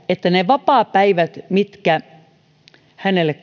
että ne vapaapäivät mitkä hänelle